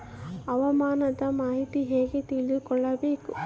ಹವಾಮಾನದ ಮಾಹಿತಿ ಹೇಗೆ ತಿಳಕೊಬೇಕು?